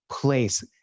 place